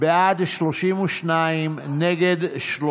את כל